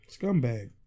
scumbag